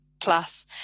plus